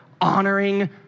honoring